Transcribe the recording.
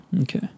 Okay